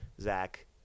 zach